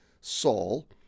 Saul